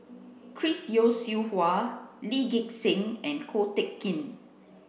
Chris Yeo Siew Hua Lee Gek Seng and Ko Teck Kin